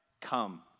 come